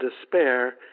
despair